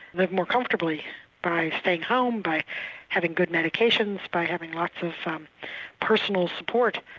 live more comfortably by staying home, by having good medications, by having lots of um personal support.